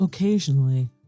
Occasionally